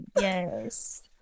Yes